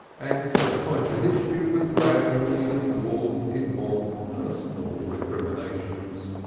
and so the point at issue was gradually absorbed in more personal recriminations.